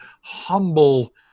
humble